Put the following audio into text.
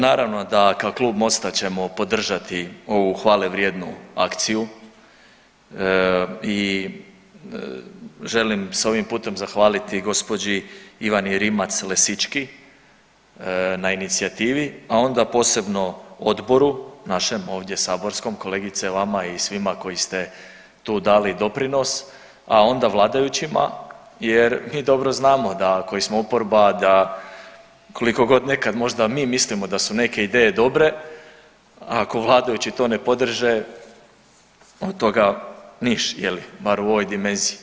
Naravno da kao Klub Mosta ćemo podržati ovu hvale vrijednu akciju i želim se ovim putem zahvaliti gđi. Ivani Rimac Lesički na inicijativi, a onda posebno odboru našem ovdje saborskom, kolegice vama i svima koji ste tu dali doprinos, a onda vladajućima jer mi dobro znamo da koji smo oporba da koliko god nekad možda mi mislimo da su neke ideje dobre ako vladajući to ne podrže od toga niš je li, bar u ovoj dimenziji.